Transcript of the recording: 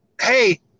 Hey